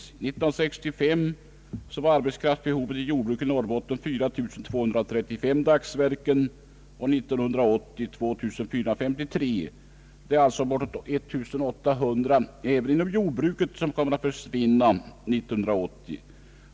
År 1965 var arbetskraftsbehovet i Norrbotten 4235 dagsverken och 1980 blir det 2453. Det är alltså bortåt 1 800 inom jordbruket som kommer att ha försvunnit år 1980.